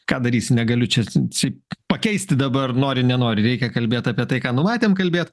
ką darysi negaliu čia si pakeisti dabar nori nenori reikia kalbėt apie tai ką numatėm kalbėt